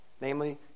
namely